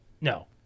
No